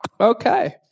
Okay